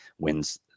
wins